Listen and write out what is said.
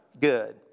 Good